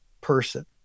person